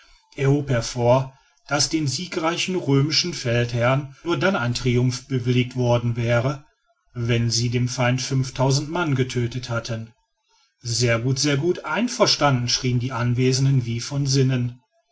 hervor daß den siegreichen römischen feldherren nur dann ein triumph bewilligt worden wäre wenn sie dem feinde fünftausend mann getödtet hatten sehr gut sehr gut einverstanden schrieen die anwesenden wie von sinnen